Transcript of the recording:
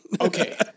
Okay